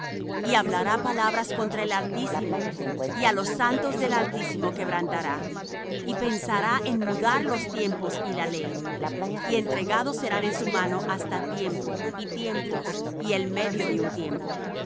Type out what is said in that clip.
y hablará palabras contra el altísimo y á los santos del altísimo quebrantará y pensará en mudar los tiempos y la ley y entregados serán en su mano hasta tiempo y tiempos y el medio de un tiempo